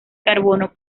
carbono